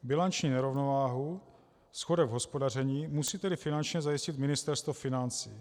Bilanční nerovnováhu, schodek v hospodaření musí tedy finančně zajistit Ministerstvo financí.